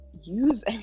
use